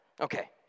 Okay